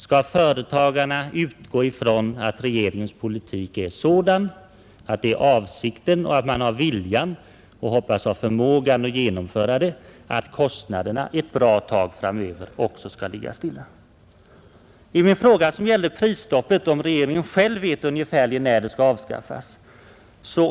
Skall företagarna utgå från att regeringens politik är sådan att man har avsikten och viljan — och hoppas ha förmågan att genomföra det — att kostnaderna ett bra tag framöver också skall ligga stilla? Jag frågade om regeringen själv vet ungefärligen när prisstoppet skall avskaffas.